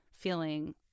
feeling